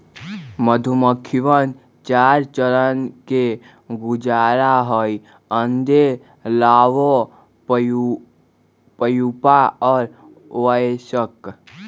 मधुमक्खिवन चार चरण से गुजरा हई अंडे, लार्वा, प्यूपा और वयस्क